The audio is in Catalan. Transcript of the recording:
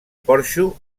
porxo